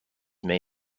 may